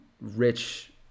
rich